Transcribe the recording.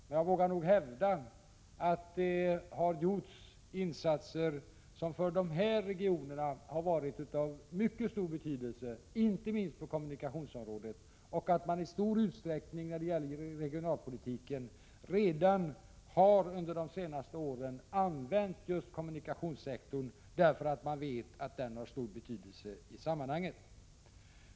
Men jag vågar nog hävda att det har gjorts insatser för de här regionerna som har varit av mycket stor betydelse, inte minst på kommunikationsområdet, och att man i stor utsträckning när det gäller regionalpolitiken under de senaste åren redan har använt just kommunikationssektorn, därför att man vet att den har stor betydelse i det här sammanhanget.